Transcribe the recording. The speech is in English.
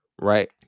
Right